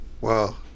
Wow